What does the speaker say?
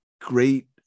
great